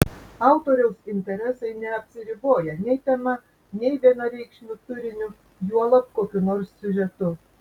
autoriaus interesai neapsiriboja nei tema nei vienareikšmiu turiniu juolab kokiu nors siužetu